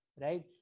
right